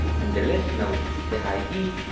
and the last note, the high e,